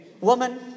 woman